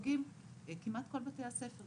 כמעט כל בתי הספר,